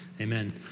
Amen